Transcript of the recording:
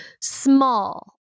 small